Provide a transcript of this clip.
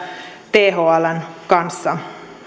thln kanssa